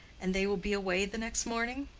and they will be away the next morning?